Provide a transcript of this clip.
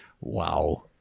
Wow